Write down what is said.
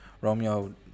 Romeo